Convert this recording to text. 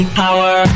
power